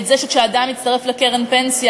את זה שכשאדם מצטרף לקרן פנסיה,